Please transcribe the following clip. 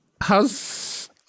how's